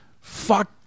fuck